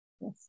Yes